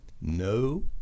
no